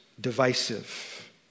divisive